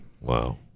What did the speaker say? Wow